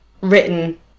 written